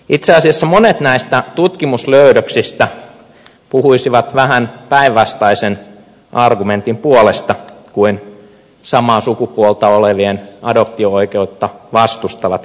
itse asiassa monet näistä tutkimuslöydöksistä puhuisivat vähän päinvastaisen argumentin puolesta kuin samaa sukupuolta olevien adoptio oikeutta vastustavat kuvittelevat